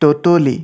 ততলী